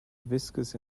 viscous